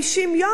אין מה לעשות,